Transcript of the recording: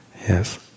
Yes